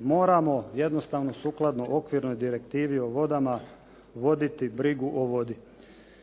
moramo jednostavno sukladno okvirnoj direktivi o vodama voditi brigu o vodi.